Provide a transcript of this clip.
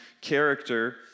character